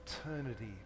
eternity